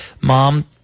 mom